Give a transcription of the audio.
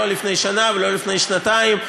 לא לפני שנה ולא לפני שנתיים,